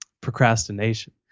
procrastination